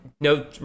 no